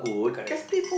correct